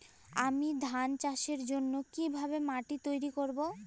আমি ধান চাষের জন্য কি ভাবে মাটি তৈরী করব?